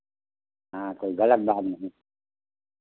हाँ कोई गलत बात नहीं